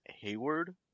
Hayward